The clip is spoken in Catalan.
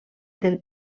del